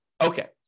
Okay